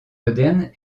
modernes